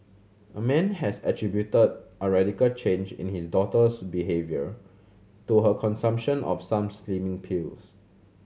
a man has attributed a radical change in his daughter's behaviour to her consumption of some slimming pills